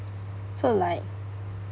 so like